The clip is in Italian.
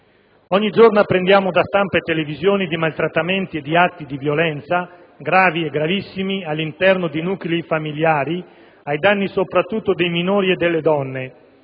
Ogni giorno apprendiamo da stampa e televisioni di maltrattamenti e di atti di violenza gravi e gravissimi all'interno di nuclei familiari, ai danni soprattutto dei minori e delle donne,